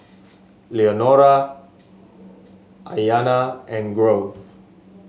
Leonora Aiyana and Grove